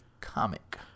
comic